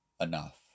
enough